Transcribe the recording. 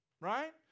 right